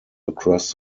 across